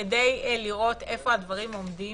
כדי לראות איפה הדברים עומדים.